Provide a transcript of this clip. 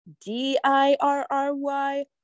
D-I-R-R-Y